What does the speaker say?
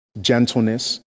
gentleness